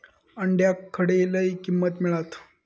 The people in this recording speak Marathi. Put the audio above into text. अंड्याक खडे लय किंमत मिळात?